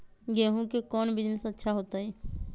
गेंहू के कौन बिजनेस अच्छा होतई?